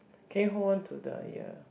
can you hold on to the ear